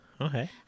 Okay